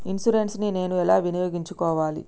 Insurance ని నేను ఎలా వినియోగించుకోవాలి?